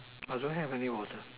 well do I have any water